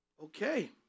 Okay